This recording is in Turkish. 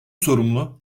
sorumlu